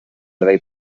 vell